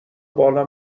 بالا